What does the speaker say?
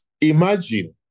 imagine